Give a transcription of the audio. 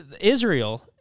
Israel